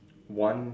one